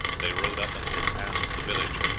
they rowed up until past the village,